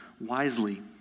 wisely